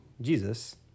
Jesus